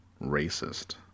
racist